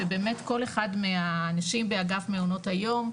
ובאמת כל אחד מהאנשים באגף מעונות היום,